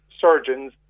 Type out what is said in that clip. surgeons